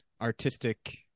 artistic